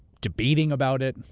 debating about it,